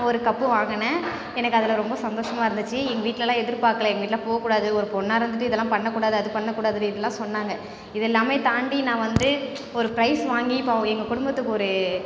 ஒரு கப் வாங்கினேன் எனக்கு அதில் ரொம்ப சந்தோஷமாக இருந்துச்சு எங்கள் வீட்டிலலாம் எதிர்பார்க்கலை எங்கள் வீட்டில் போகக்கூடாது ஒரு பொண்ணாக இருந்துட்டு இதெல்லாம் பண்ணக் கூடாது அது பண்ணக் கூடாதுன்னு இப்படிலாம் சொன்னாங்க இதெல்லாம் தாண்டி நான் வந்து ஒரு ப்ரைஸ் வாங்கி இப்போது அவள் எங்கள் குடும்பத்துக்கு ஒரு